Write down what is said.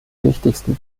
wichtigsten